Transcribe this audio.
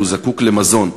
הוא זקוק למזון.